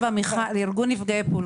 מיכל, גם ארגון נפגעי פעולות איבה.